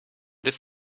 dit